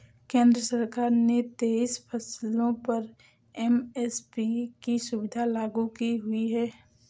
केंद्र सरकार ने तेईस फसलों पर एम.एस.पी की सुविधा लागू की हुई है